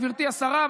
גברתי השרה,